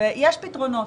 ויש פתרונות.